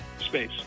space